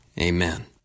amen